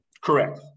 Correct